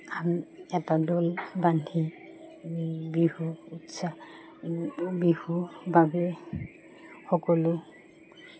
আমি এটা দল বান্ধি বিহু উৎসাহ বিহুৰ বাবে সকলো